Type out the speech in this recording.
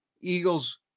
Eagles